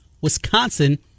Wisconsin